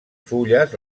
fulles